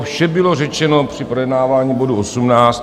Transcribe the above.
Vše bylo řečeno při projednávání bodu 18.